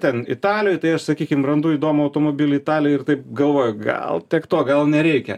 ten italijoj tai aš sakykim randu įdomų automobilį italijoj ir taip galvoju gal tiek to gal nereikia